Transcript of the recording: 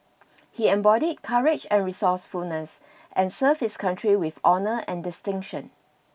he embodied courage and resourcefulness and serves his country with honour and distinction